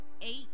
eight